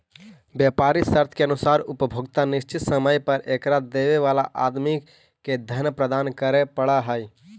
व्यापारी शर्त के अनुसार उपभोक्ता निश्चित समय पर एकरा देवे वाला आदमी के धन प्रदान करे पड़ऽ हई